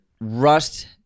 rust